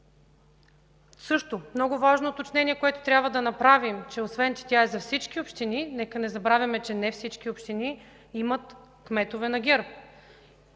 Също много важно уточнение, което трябва да направим, е, че освен че тя е за всички общини – нека не забравяме, че не всички общини имат кметове на ГЕРБ.